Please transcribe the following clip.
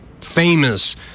famous